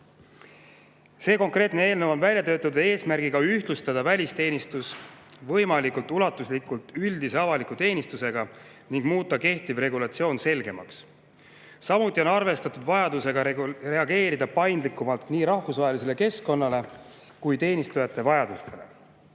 See konkreetne eelnõu on välja töötatud eesmärgiga ühtlustada välisteenistus võimalikult ulatuslikult üldise avaliku teenistusega ning muuta kehtiv regulatsioon selgemaks. Samuti on arvestatud vajadusega reageerida paindlikumalt nii rahvusvahelisele keskkonnale kui ka teenistujate vajadustele. Eesmärgiga